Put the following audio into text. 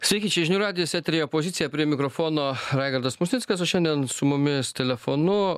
sveiki čia žinių radijas eteryje pozicija prie mikrofono raigardas musnickas o šiandien su mumis telefonu